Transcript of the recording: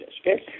Okay